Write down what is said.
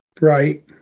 Right